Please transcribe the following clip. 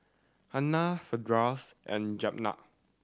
Hana Firdaus and Jenab